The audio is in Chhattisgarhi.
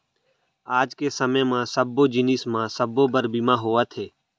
आज के समे म सब्बो जिनिस म सबो बर बीमा होवथे